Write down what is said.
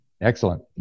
Excellent